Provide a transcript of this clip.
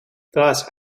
thus